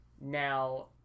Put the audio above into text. Now